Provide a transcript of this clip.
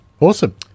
Awesome